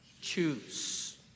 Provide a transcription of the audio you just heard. Choose